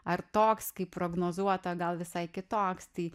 ar toks kaip prognozuota gal visai kitoks tai